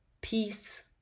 peace